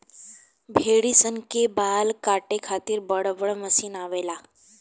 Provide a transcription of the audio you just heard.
भेड़ी सन के बाल काटे खातिर बड़ बड़ मशीन आवेला